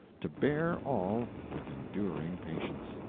to bear all with enduring patience.